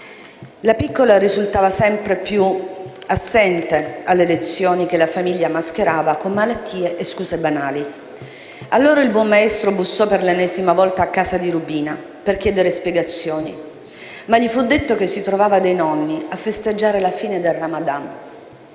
La piccola risultava sempre più assente alle lezioni; assenza che la famiglia mascherava con malattie e scuse banali. Allora, il buon maestro bussò per l'ennesima volta a casa di Rubina per chiedere spiegazioni, ma gli fu detto che si trovava dai nonni a festeggiare la fine del Ramadan.